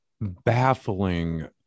baffling